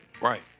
Right